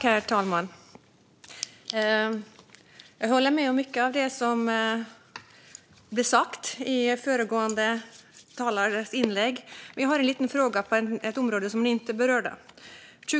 Herr talman! Jag håller med om mycket av det som blev sagt i föregående talares inlägg. Jag har dock en fråga på ett område som inte berördes där.